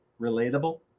relatable